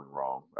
wrong